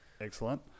Excellent